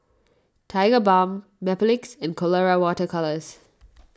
Tigerbalm Mepilex and Colora Water Colours